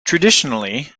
traditionally